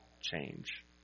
change